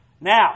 Now